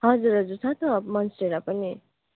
हजुर हजुर छ त मन्सटेरा पनि